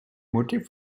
motifs